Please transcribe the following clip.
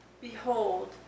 Behold